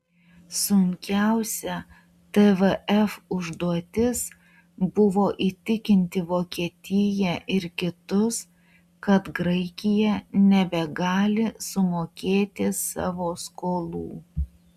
sunkiausia tvf užduotis buvo įtikinti vokietiją ir kitus kad graikija nebegali sumokėti savo skolų